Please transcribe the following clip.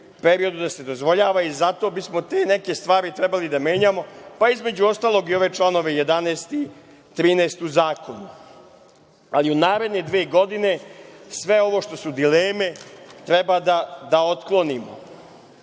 periodu da se dozvoljava i zato bismo te neke stvari trebali da menjamo, pa, između ostalog, i ove članove 11. i 13. u Zakonu, ali u naredne dve godine sve ovo što su dileme treba da otklonimo. Moram